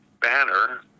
banner